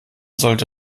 sollte